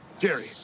Jerry